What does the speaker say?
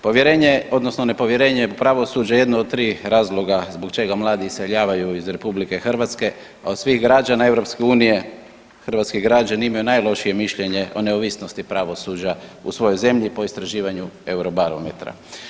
Povjerenje odnosno nepovjerenje pravosuđe jedno od tri razloga zbog čega mladi iseljavaju iz RH od svih građana EU hrvatski građani imaju najlošije mišljenje o neovisnosti pravosuđa u svojoj zemlji po istraživanju Eurobarometra.